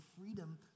freedom